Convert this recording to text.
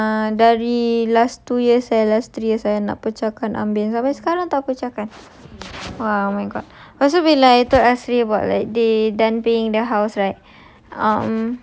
kan ah dari last two years eh last three years ah nak pecahkan ambin habis sekarang tak pecahkan !wah! oh my god lepas tu bila hari itu asri buat like they denting the house right